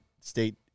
state